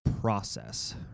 process